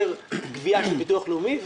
יותר גבייה של ביטוח לאומי.